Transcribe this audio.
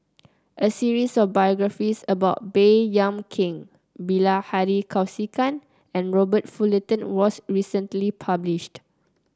a series of biographies about Baey Yam Keng Bilahari Kausikan and Robert Fullerton was recently published